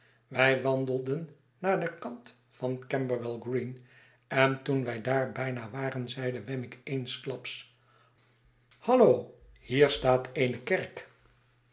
wij wandelden naar den kant van camberwell green en toen wij daar bijna waren zeide wemmick eensklaps hallo hier staat eene kerk